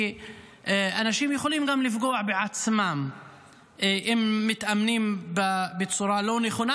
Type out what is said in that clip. כי אנשים יכולים גם לפגוע בעצמם אם מתאמנים בצורה לא נכונה,